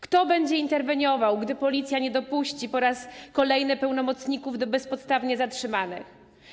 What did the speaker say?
Kto będzie interweniował, gdy policja nie dopuści po raz kolejny pełnomocników do bezpodstawnie zatrzymanych?